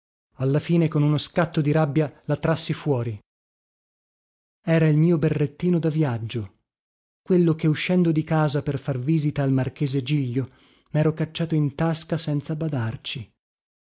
alla fine con uno scatto di rabbia la trassi fuori era il mio berrettino da viaggio quello che uscendo di casa per far visita al marchese giglio mero cacciato in tasca senza badarci